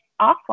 offline